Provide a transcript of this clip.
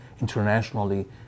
internationally